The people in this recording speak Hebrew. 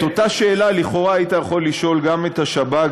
את אותה שאלה לכאורה היית יכול לשאול גם את השב"כ,